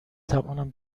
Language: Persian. توانم